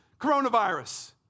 coronavirus